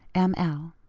m. l.